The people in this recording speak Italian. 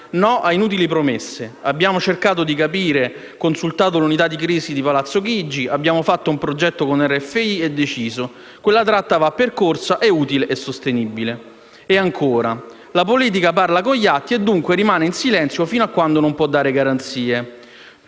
No a inutili promesse. Abbiamo cercato di capire, consultato l'unità di crisi di palazzo Chigi, abbiamo fatto un progetto con RFI, e deciso: quella tratta va percorsa, è utile e sostenibile». E ancora: «La politica parla con gli atti» e dunque «rimane in silenzio fino a quando non può dare garanzie».